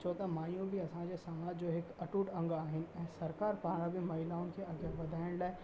छो त माइयूं बि असां सां समाज जो हिकु अटूट अंग आहिनि ऐं सरकारु पारां बि महिलाउनि खे अॻियां वधाइण लाइ